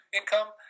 income